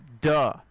duh